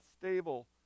stable